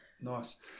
nice